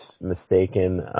mistaken